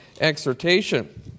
exhortation